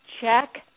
check